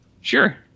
Sure